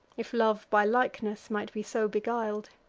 if love by likeness might be so beguil'd.